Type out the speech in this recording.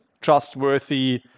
trustworthy